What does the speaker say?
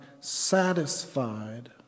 satisfied